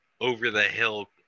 over-the-hill